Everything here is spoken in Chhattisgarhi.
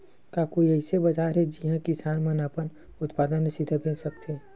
का कोई अइसे बाजार हे जिहां किसान मन अपन उत्पादन ला सीधा बेच सकथे?